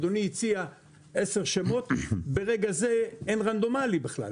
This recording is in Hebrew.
אדוני הציע עשר שמות, ברגע זה אין רנדומלי בכלל.